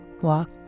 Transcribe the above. walk